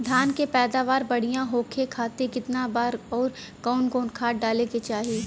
धान के पैदावार बढ़िया होखे खाती कितना बार अउर कवन कवन खाद डाले के चाही?